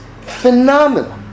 phenomenal